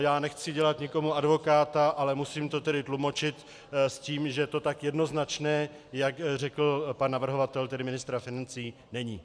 Já nechci dělat někomu advokáta, ale musím to tlumočit s tím, že to tak jednoznačné, jak řekl pan navrhovatel, tedy ministr financí, není.